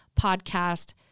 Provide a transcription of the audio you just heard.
podcast